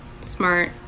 smart